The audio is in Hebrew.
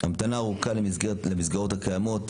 המתנה ארוכה למסגרות הקיימות,